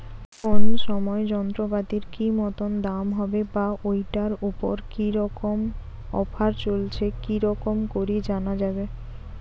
কোন সময় যন্ত্রপাতির কি মতন দাম হবে বা ঐটার উপর কি রকম অফার চলছে কি রকম করি জানা যাবে?